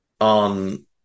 on